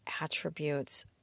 attributes